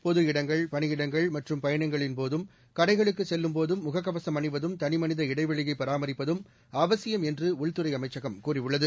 பொதுஇடங்கள் பணியிடங்கள் மற்றும் பயணங்களின்போதும் கடைகளுக்குச் செல்லும்போதும் முகக்கவசும் அணிவதும் தனிமனித இடைவெளியைப் பராமரிப்பதும் அவசியம் என்றஉள்துறைஅமைச்சகம் கூறியுள்ளது